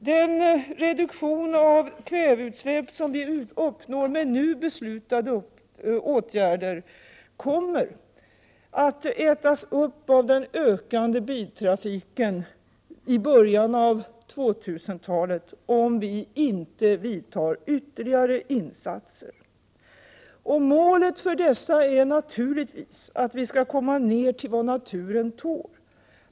Den reduktion av kväveutsläppen som vi når med nu beslutade åtgärder kommer att ätas upp av den ökande biltrafiken i början av 2000-talet, om vi inte gör ytterligare insatser. Målet är naturligtvis att vi skall komma ned till vad naturen tål.